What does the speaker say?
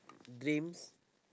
dreams